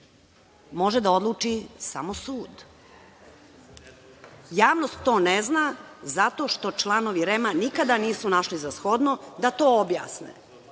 može da odluči samo sud. Javnost to ne zna zato što članovi REM-a nikada nisu našli za shodno da to objasne,